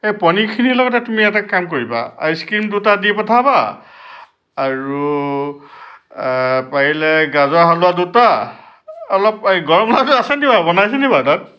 এই পনীৰখিনি লগতে তুমি এটা কাম কৰিবা আইচ ক্ৰিম দুটা দি পঠাবা আৰু পাৰিলে গাজৰ হালোৱা দুটা অলপ পাৰি গৰম আছে নি বাৰু তাত বনাইছে নি বাৰু তাত